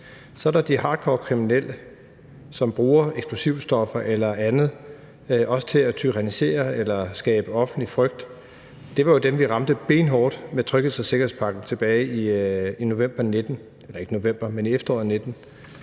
Så er der de hardcorekriminelle, som bruger eksplosivstoffer eller andet til at tyrannisere eller skabe offentlig frygt, og det var jo dem, som vi ramte benhårdt med trygheds- og sikkerhedspakken tilbage i efteråret 2019,